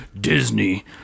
Disney